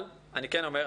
אבל אני כן אומר,